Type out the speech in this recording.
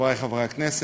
חברי חברי הכנסת,